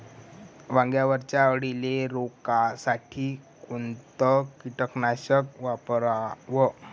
वांग्यावरच्या अळीले रोकासाठी कोनतं कीटकनाशक वापराव?